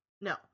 no